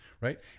right